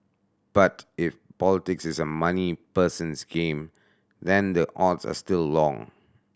but if politics is a money person's game then the odds are still long